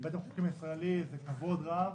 בית המחוקקים הישראלי, זה כבוד רב.